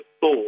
thought